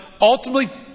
ultimately